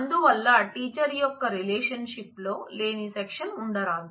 అందువల్ల టీచర్ యొక్క రిలేషన్షిప్ లో లేని సెక్షన్ ఉండరాదు